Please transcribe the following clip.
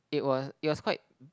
it was it was quite